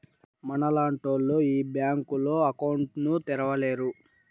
మనలాంటోళ్లు ఈ బ్యాంకులో అకౌంట్ ను తెరవలేరు